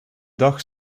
dag